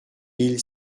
mille